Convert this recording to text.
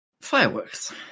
fireworks